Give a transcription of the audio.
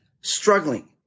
struggling